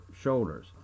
shoulders